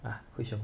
ah hui xiong